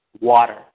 water